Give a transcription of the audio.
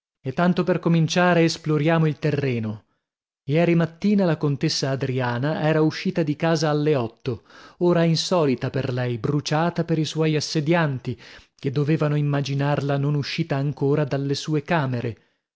e tanto per cominciare esploriamo il terreno ieri mattina la contessa adriana era uscita di casa alle otto ora insolita per lei bruciata per i suoi assedianti che dovevano immaginarla non uscita ancora dalle sue camere